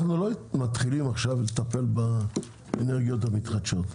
לא מתחילים עכשיו לטפל באנרגיות המתחדשות.